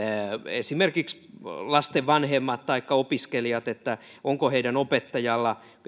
esimerkiksi lasten vanhemmat taikka opiskelijat voisivat tarkistaa onko heidän opettajallaan